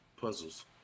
Puzzles